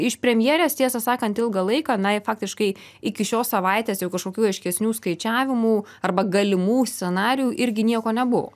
iš premjerės tiesą sakant ilgą laiką na faktiškai iki šios savaitės jau kažkokių aiškesnių skaičiavimų arba galimų scenarijų irgi nieko nebuvo